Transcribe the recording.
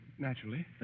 Naturally